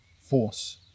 Force